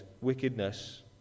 wickedness